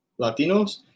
Latinos